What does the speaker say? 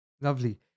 Lovely